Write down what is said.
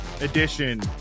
edition